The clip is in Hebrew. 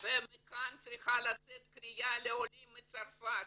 ומכאן צריכה לצאת קריאה לעולים מצרפת,